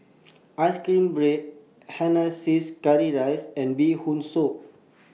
Ice Cream Bread Hainanese Curry Rice and Bee Hoon Soup